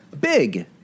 Big